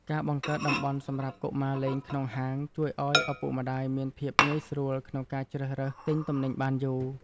ការបង្កើតតំបន់សម្រាប់កុមារលេងក្នុងហាងជួយឱ្យឪពុកម្តាយមានភាពងាយស្រួលក្នុងការជ្រើសរើសទិញទំនិញបានយូរ។